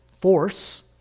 force